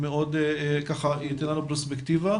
זה ייתן לנו פרספקטיבה.